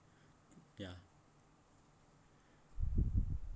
ya